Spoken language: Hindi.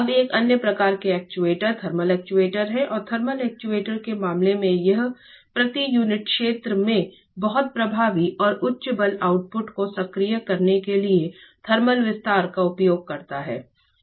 अब एक अन्य प्रकार के एक्चुएटर थर्मल एक्ट्यूएटर हैं और थर्मल एक्ट्यूएटर के मामले में यह प्रति यूनिट क्षेत्र में बहुत प्रभावी और उच्च बल आउटपुट को सक्रिय करने के लिए थर्मल विस्तार का उपयोग करता है